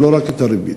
ולא רק את הריבית.